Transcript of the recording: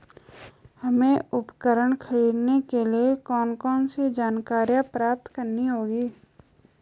हमें उपकरण खरीदने के लिए कौन कौन सी जानकारियां प्राप्त करनी होगी?